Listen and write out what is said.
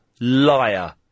liar